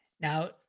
Now